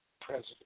president